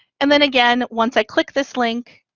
and then again, once i click this link,